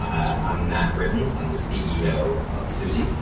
um i'm matt britton, i'm the ceo of suzy.